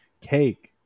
cake